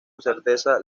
certeza